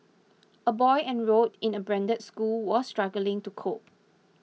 a boy enrolled in a branded school was struggling to cope